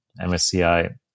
MSCI